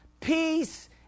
peace